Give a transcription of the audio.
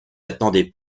attendez